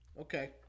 Okay